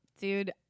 Dude